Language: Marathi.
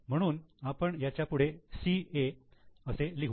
म्हणून आपण याच्यापुढे CA असे लिहू